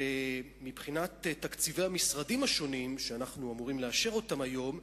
ומבחינת תקציבי המשרדים השונים שאנחנו אמורים לאשר היום,